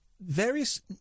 Various